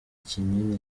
kinini